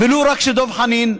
ולו רק שדב חנין יישאר.